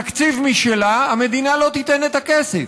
תקציב משלה, המדינה לא תיתן את הכסף.